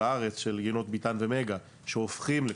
הארץ של יינות ביתן ומגה שהופכים ל'קרפור',